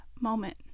moment